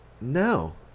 No